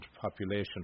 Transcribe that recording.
population